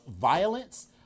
violence